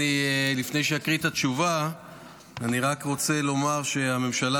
לפני שאקריא את התשובה אני רק רוצה לומר שהממשלה